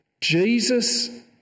Jesus